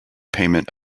payment